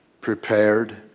prepared